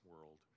world